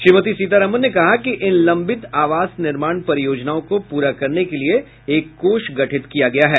श्रीमती सीतारामन ने कहा कि इन लंबित आवास निर्माण परियोजनाओं को पूरा करने के लिए एक कोष गठित किया गया है